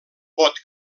pot